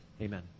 Amen